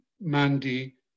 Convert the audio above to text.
Mandy